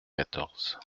quatorze